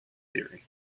theory